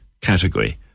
category